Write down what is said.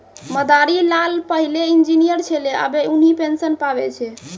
मदारी लाल पहिलै इंजीनियर छेलै आबे उन्हीं पेंशन पावै छै